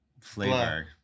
flavor